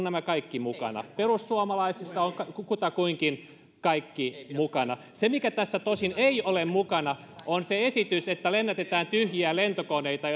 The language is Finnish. nämä kaikki mukana perussuomalaisissa on kutakuinkin kaikki mukana se mikä tässä tosin ei ole mukana on se esitys että lennätetään tyhjiä lentokoneita